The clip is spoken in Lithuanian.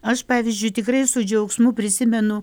aš pavyzdžiui tikrai su džiaugsmu prisimenu